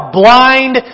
blind